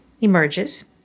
emerges